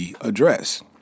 address